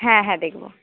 হ্যাঁ হ্যাঁ দেখবো